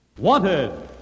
Wanted